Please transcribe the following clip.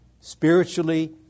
spiritually